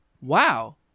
Wow